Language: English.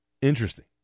Interesting